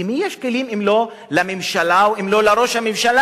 למי יש כלים אם לא לממשלה או אם לא לראש הממשלה?